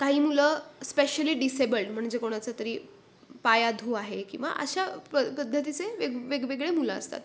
काही मुलं specially disabled म्हणजे कोणाचा तरी पाय अधू आहे किंवा अशा प पद्धतीचे वेग वेगवेगळे मुलं असतात